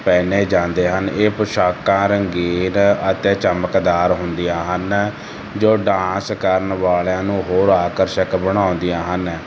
ਪਹਿਨੇ ਜਾਂਦੇ ਹਨ ਇਹ ਪੁਸ਼ਾਕਾਂ ਰੰਗੀਨ ਅਤੇ ਚਮਕਦਾਰ ਹੁੰਦੀਆਂ ਹਨ ਜੋ ਡਾਂਸ ਕਰਨ ਵਾਲਿਆਂ ਨੂੰ ਹੋਰ ਆਕਰਸ਼ਕ ਬਣਾਉਣ ਦੀਆਂ ਹਨ